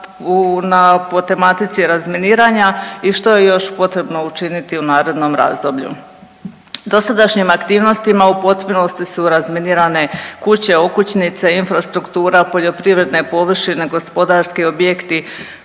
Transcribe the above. na tematici razminiranja i što je još potrebno učiniti u narednom razdoblju. Dosadašnjim aktivnostima u potpunosti su razminirane kuće, okućnice, infrastruktura, poljoprivredne površine, gospodarski objekti,